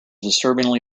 disturbingly